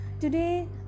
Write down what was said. Today